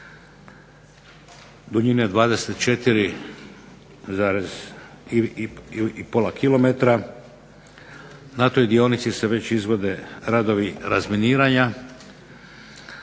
duljine 24,5 km. Na toj dionici se već izvode radovi razminiranja